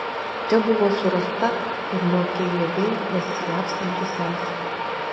čia buvo surasta ir nuo kgb besislapstanti sesė